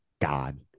God